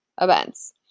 events